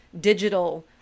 digital